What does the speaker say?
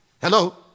hello